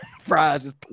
fries